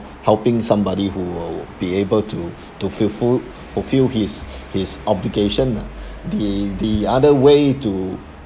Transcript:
helping somebody who will be able to to fulfil fulfil his his obligation lah the the other way to